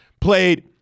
Played